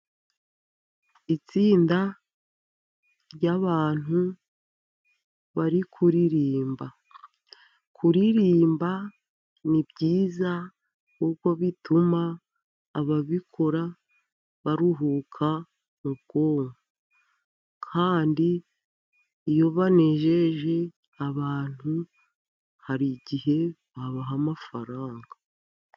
Itsinda ry'abantu bari kuririmba. Kuririmba ni byiza, kuko bituma ababikora baruhuka mu bwonko. Kandi iyo banejeje abantu, hari igihe babaha amafaranga.